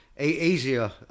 Easier